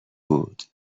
بود